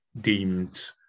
deemed